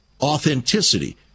authenticity